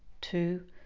two